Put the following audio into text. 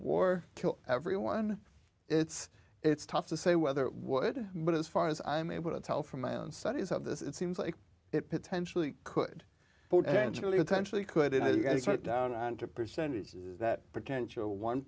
kill everyone it's it's tough to say whether it would but as far as i'm able to tell from my own studies of this it seems like it potentially could potentially potentially could and it gets right down on to percentages that potential one